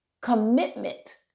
commitment